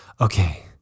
okay